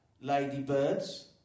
ladybirds